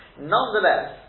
Nonetheless